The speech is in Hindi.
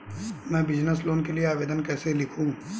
मैं बिज़नेस लोन के लिए आवेदन कैसे लिखूँ?